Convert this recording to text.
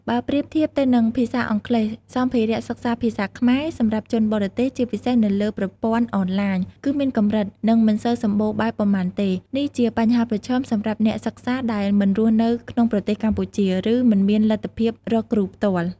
បើប្រៀបធៀបទៅនឹងភាសាអង់គ្លេស សម្ភារៈសិក្សាភាសាខ្មែរសម្រាប់ជនបរទេស ជាពិសេសនៅលើប្រព័ន្ធអនឡាញ គឺមានកម្រិត និងមិនសូវសម្បូរបែបប៉ុន្មានទេ។ នេះជាបញ្ហាប្រឈមសម្រាប់អ្នកសិក្សាដែលមិនរស់នៅក្នុងប្រទេសកម្ពុជា ឬមិនមានលទ្ធភាពរកគ្រូផ្ទាល់។